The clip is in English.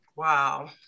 Wow